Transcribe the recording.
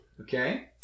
Okay